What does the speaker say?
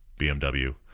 BMW